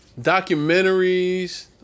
Documentaries